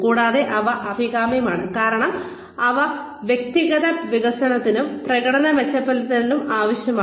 കൂടാതെ അവ അഭികാമ്യമാണ് കാരണം അവ വ്യക്തിഗത വികസനത്തിനും പ്രകടന മെച്ചപ്പെടുത്തലിനും ആവശ്യമാണ്